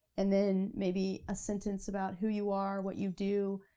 and then maybe a sentence about who you are, what you do.